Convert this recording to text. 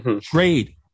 Trade